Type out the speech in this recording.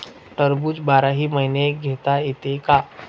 टरबूज बाराही महिने घेता येते का?